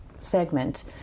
segment